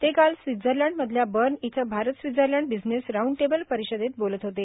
ते काल स्वित्झर्लंडमधल्या बर्न इथं Bharat Switzerland business round table परिषदेत बोलत होते